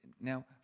Now